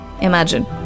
Imagine